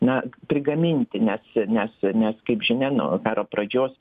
na prigaminti nes nes nes kaip žinia nuo karo pradžios